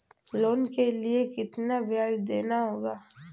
Loan के लिए कितना ब्याज देना होगा?